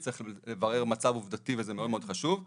צריך לברר מצב עובדתי וזה מאוד מאוד חשוב,